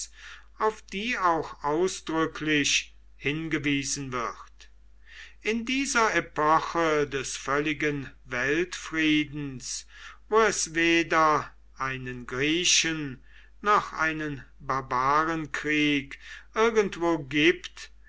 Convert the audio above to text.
auf die auch ausdrücklich hingewiesen wird in dieser epoche des völligen weltfriedens wo es weder einen griechen noch einen barbarenkrieg irgendwo gibt